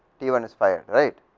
t one is fired right,